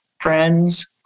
friends